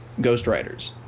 ghostwriters